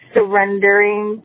Surrendering